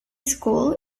school